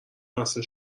بسته